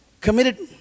committed